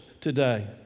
today